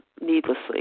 needlessly